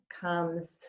comes